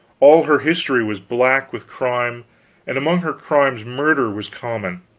all her history was black with crime and among her crimes murder was common.